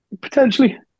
Potentially